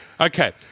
Okay